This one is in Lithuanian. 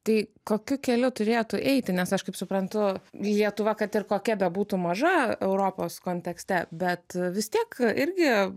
tai kokiu keliu turėtų eiti nes aš kaip suprantu lietuva kad ir kokia bebūtų maža europos kontekste bet vis tiek irgi